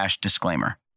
disclaimer